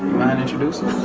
mind introducing